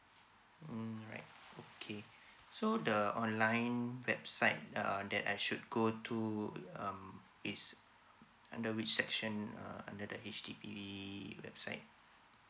mm right okay so the online website err that I should go to um is under which section uh under the H_D_B website